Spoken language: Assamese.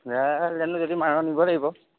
জাল জানো যদি মাৰ নিব লাগিব